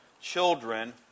children